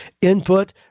input